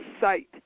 site